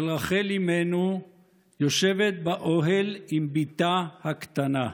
רחל אימנו יושבת באוהל עם בתה הקטנה.